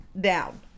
down